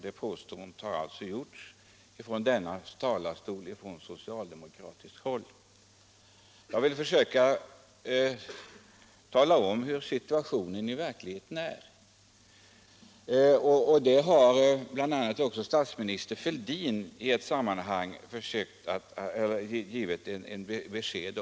Det påståendet har alltså gjorts i denna talarstol från socialdemokratiskt håll. Jag vill försöka tala om hur situationen i verkligheten ter sig; det har bl.a. också statsminister Fälldin i annat sammanhang något berört.